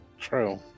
True